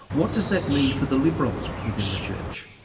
what does that mean for the liberals within the church?